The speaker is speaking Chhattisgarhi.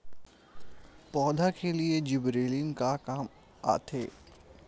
पौधा के लिए जिबरेलीन का काम आथे?